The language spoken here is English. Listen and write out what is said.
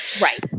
Right